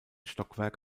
stockwerk